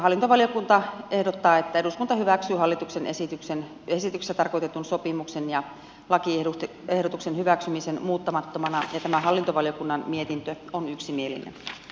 hallintovaliokunta ehdottaa että eduskunta hyväksyy hallituksen esityksessä tarkoitetun sopimuksen ja lakiehdotuksen muuttamattomana ja tämä hallintovaliokunnan mietintö on yksimielinen